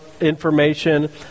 information